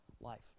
life